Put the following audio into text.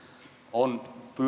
on